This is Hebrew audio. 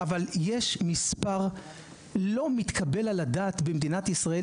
אבל יש מספר לא מתקבל על הדעת במדינת ישראל